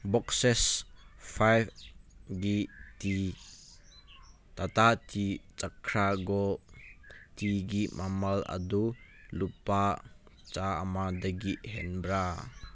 boxes ꯐꯥꯏꯚꯒꯤ tea Tata tea Chakra gold ꯇꯤꯒꯤ ꯃꯃꯜ ꯑꯗꯨ ꯂꯨꯄꯥ ꯆꯥꯝꯃꯗꯒꯤ ꯍꯦꯟꯕ꯭ꯔꯥ